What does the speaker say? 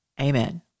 Amen